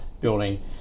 building